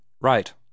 right